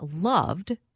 loved